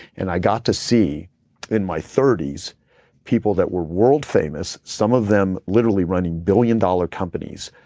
and i got to see in my thirty s people that were world famous, some of them literally running billion dollar companies,